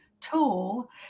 tool